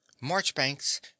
Marchbanks